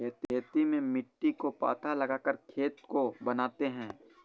खेती में मिट्टी को पाथा लगाकर खेत को बनाते हैं?